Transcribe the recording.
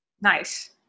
nice